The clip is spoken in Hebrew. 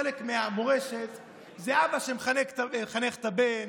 חלק מהמורשת זה האבא שמחנך את הבן,